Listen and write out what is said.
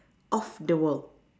of the world